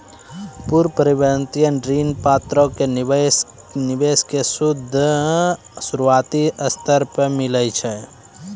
पूर्ण परिवर्तनीय ऋण पत्रो मे निवेशको के सूद शुरुआती स्तर पे मिलै छै